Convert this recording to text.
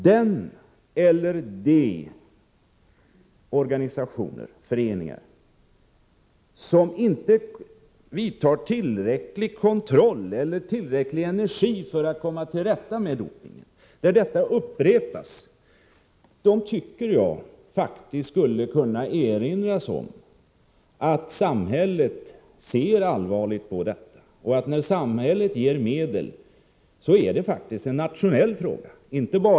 Den eller de organisationer som inte utövar tillräcklig kontroll eller lägger ned tillräcklig energi för att komma till rätta med dopingmissbruk, där detta upprepas, borde faktiskt kunna erinras om att samhället ser allvarligt på detta. Det borde kunna påpekas, att när samhället avsätter medel är det faktiskt en nationell fråga hur dessa pengar används.